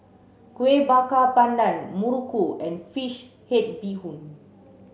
Kueh Bakar Pandan Muruku and fish head bee hoon